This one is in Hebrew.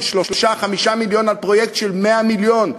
של 3 5 מיליון על פרויקט של 100 מיליון.